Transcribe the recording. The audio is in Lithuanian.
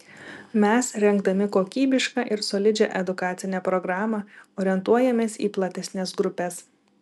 mes rengdami kokybišką ir solidžią edukacinę programą orientuojamės į platesnes grupes